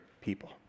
people